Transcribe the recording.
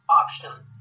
options